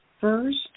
first